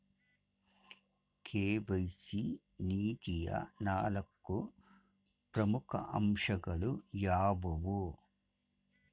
KYC ನೀತಿಯ ನಾಲ್ಕು ಪ್ರಮುಖ ಅಂಶಗಳು ಯಾವುವು?